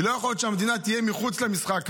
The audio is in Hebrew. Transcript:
לא יכול להיות שהמדינה תהיה מחוץ למשחק הזה.